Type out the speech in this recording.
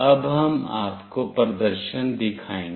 अब हम आपको प्रदर्शन दिखाएंगे